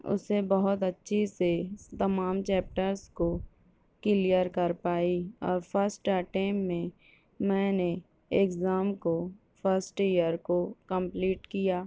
اسے بہت اچھی سے تمام چیپٹرس کو کلیئر کر پائی اور فسٹ اٹیمپ میں میں نے ایکزام کو فسٹ ایئر کو کمپلیٹ کیا